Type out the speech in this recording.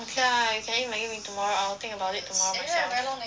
okay ah you can eat Maggi mee tomorrow I will think about it tomorrow myself